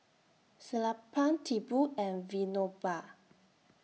Sellapan Tipu and Vinoba